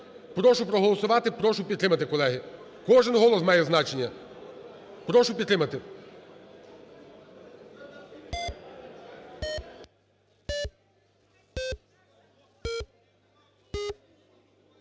Прошу проголосувати, прошу підтримати, колеги, кожен голос має значення, прошу підтримати.